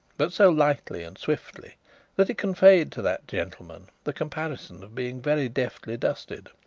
but so lightly and swiftly that it conveyed to that gentleman the comparison of being very deftly dusted.